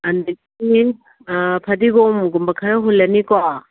ꯑꯗꯒꯤ ꯐꯗꯤꯒꯣꯝꯒꯨꯝꯕ ꯈꯔ ꯍꯨꯜꯂꯅꯤꯀꯣ